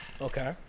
Okay